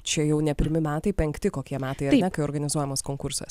čia jau ne pirmi metai penkti kokie metai ar ne kaip organizuojamas konkursas